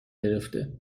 گرفته